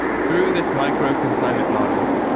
through this micro consignment model,